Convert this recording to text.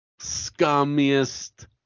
scummiest